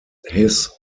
his